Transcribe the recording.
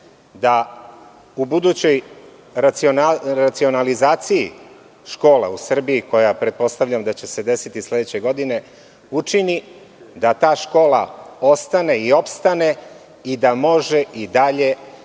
da u budućoj racionalizaciji škola u Srbiji, koja pretpostavljam da će se desiti, sledeće godine, učini da ta škola ostane i opstane i da može i dalje